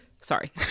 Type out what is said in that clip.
sorry